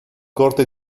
corte